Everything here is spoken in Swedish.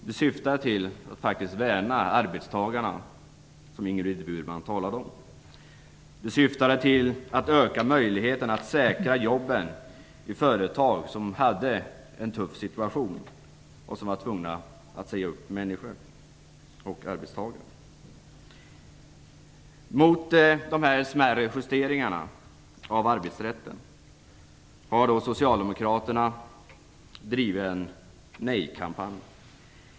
De syftade till att värna arbetstagarna, som Ingrid Burman talade om. De syftade till att öka möjligheterna att säkra jobben i företag som hade en tuff situation och som var tvungna att säga upp människor och arbetstagare. Mot dessa smärre justeringar av arbetsrätten har socialdemokraterna drivit en nejkampanj.